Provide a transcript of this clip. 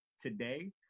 today